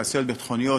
תעשיות ביטחוניות,